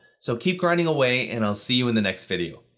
so keep grinding away, and i'll see you in the next video.